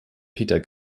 peter